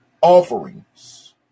offerings